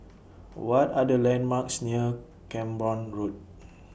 What Are The landmarks near Camborne Road